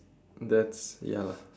that's ya lah